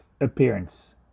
appearance